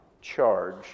charge